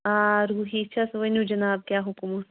روٗہی چھس ؤنِو جِناب کیٛاہ حُکُم اوس